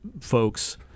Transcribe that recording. folks